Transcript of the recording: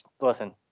Listen